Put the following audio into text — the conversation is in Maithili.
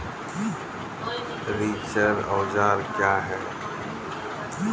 रिचर औजार क्या हैं?